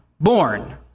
born